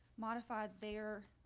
modified their